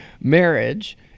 marriage